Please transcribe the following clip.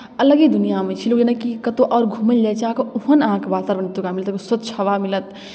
अलगे दुनिआँमे छी लोक जेनाकि कतहु आओर घूमैलेल जाइ छै अहाँकेँ ओहन अहाँकेँ वातावरण एतुक्का मिलत ओ स्वच्छ हवा मिलत